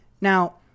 Now